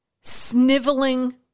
sniveling